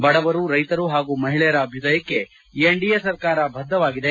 ಬಡವರು ರೈತರು ಹಾಗೂ ಮಹಿಳೆಯರ ಅಭ್ಯದಯಕ್ಕೆ ಎನ್ಡಿಎ ಸರ್ಕಾರ ಬದ್ಧವಾಗಿದೆ